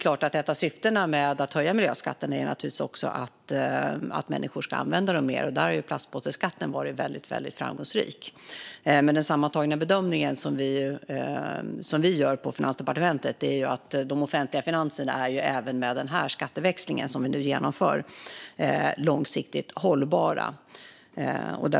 Ett av syftena med att höja miljöskatterna är naturligtvis att människor ska använda dem mer. Där har plastpåseskatten varit väldigt framgångsrik. Den sammantagna bedömning som vi gör på Finansdepartementet är att de offentliga finanserna är långsiktigt hållbara även med den skatteväxling som vi nu genomför.